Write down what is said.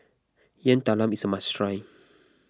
Yam Talam is a must try